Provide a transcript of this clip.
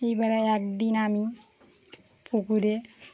এইবারে একদিন আমি পুকুরে